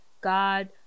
God